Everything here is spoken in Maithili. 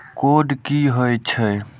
कोड की होय छै?